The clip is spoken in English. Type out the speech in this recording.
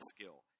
skill